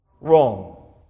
wrong